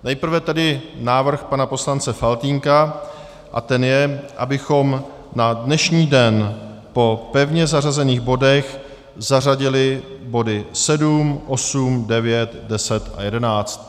Nejprve tedy návrh pana poslance Faltýnka a ten je, abychom na dnešní den po pevně zařazených bodech zařadili body 7, 8, 9, 10 a 11.